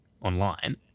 online